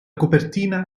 copertina